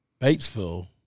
Batesville